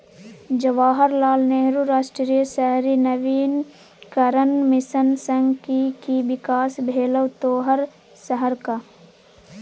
जवाहर लाल नेहरू राष्ट्रीय शहरी नवीकरण मिशन सँ कि कि बिकास भेलौ तोहर शहरक?